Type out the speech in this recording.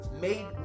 made